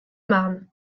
marne